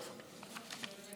כספים מקרנות